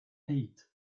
eight